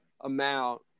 amount